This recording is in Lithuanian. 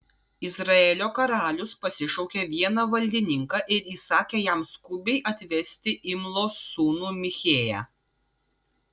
izraelio karalius pasišaukė vieną valdininką ir įsakė jam skubiai atvesti imlos sūnų michėją